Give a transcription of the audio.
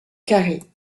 carrée